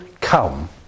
come